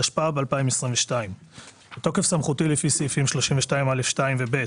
התשפ"ב 2022 בתוקף סמכותי לפי סעיפים 32 (א)(2) ו-(ב)